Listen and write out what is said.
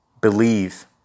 Believe